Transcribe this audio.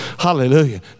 Hallelujah